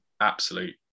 absolute